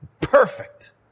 perfect